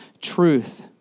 truth